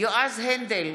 יועז הנדל,